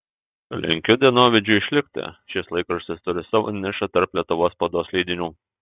linkiu dienovidžiui išlikti šis laikraštis turi savo nišą tarp lietuvos spaudos leidinių